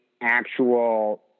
actual